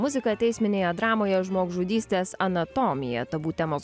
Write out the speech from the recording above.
muzika teisminėje dramoje žmogžudystės anatomija tabu temos